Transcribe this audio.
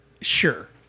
sure